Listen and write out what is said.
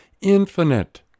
infinite